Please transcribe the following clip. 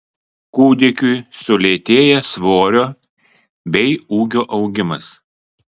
kūdikiui sulėtėja svorio bei ūgio augimas